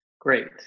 great